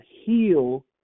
Heal